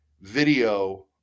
video